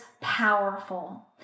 powerful